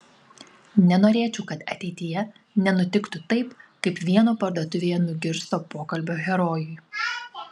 nenorėčiau kad ateityje nenutiktų taip kaip vieno parduotuvėje nugirsto pokalbio herojui